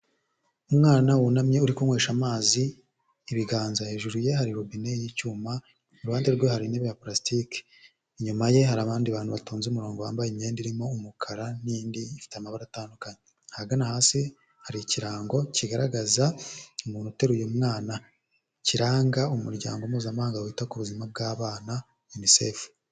Umwana wunamye uri kunywesha amazi ibiganza. Hejuru ye hari robine y'icyuma, iruhande rwe hari intebe ya purasitiki. Inyuma ye hari abandi bantu batonze umurongo, bambaye imyenda irimo umukara, n'indi ifite amabara atandukanye. Ahagana hasi hari ikirango kigaragaza umuntu uteruye umwana, kiranga umuryango mpuzamahanga wita ku buzima bw'abana UNICEF.